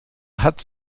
hat